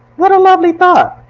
what a lovely thought,